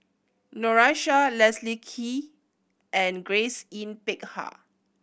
Noor Aishah Leslie Kee and Grace Yin Peck Ha